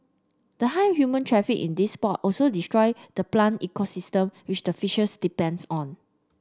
the high human traffic in these spot also destroy the plant ecosystem which the fishes depends on